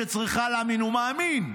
מאמין" הוא מאמין,